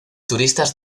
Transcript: turistas